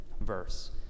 verse